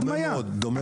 אנחנו